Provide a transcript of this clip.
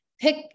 Pick